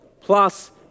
plus